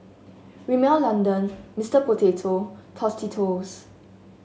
Rimmel London Mister Potato Tostitos